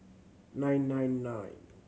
nine nine nine